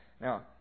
Now